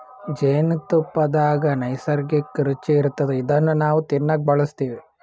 ಜೇನ್ತುಪ್ಪದಾಗ್ ನೈಸರ್ಗಿಕ್ಕ್ ರುಚಿ ಇರ್ತದ್ ಇದನ್ನ್ ನಾವ್ ತಿನ್ನಕ್ ಬಳಸ್ತಿವ್